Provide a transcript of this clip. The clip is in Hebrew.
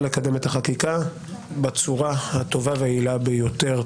לקדם את החקיקה בצורה הטובה והיעילה ביותר.